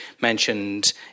mentioned